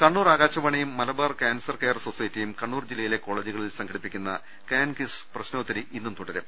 കണ്ണൂർ ആകാശവാണിയും Malabar cancer care സൊസൈറ്റിയും കണ്ണൂർ ജില്ലയിലെ കോളേജുകളിൽ സംഘടിപ്പിക്കുന്ന കാൻ കിസ് പ്രശ്നോത്തരി ഇന്നും തുടരും